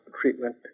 treatment